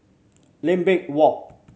Lambeth Walk